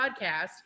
podcast